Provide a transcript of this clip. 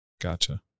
gotcha